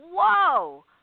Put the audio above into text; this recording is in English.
whoa